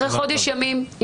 אחרי חודש ימים,